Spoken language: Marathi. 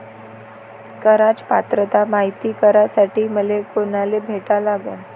कराच पात्रता मायती करासाठी मले कोनाले भेटा लागन?